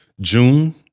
June